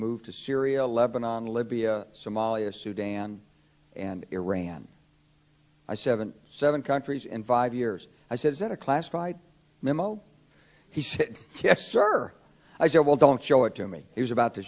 move to syria lebanon libya somalia sudan and iran i seventy seven countries and vive yours i says in a classified memo he said yes sir i said well don't show it to me he was about t